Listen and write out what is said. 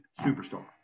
superstar